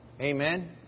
Amen